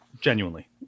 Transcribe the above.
genuinely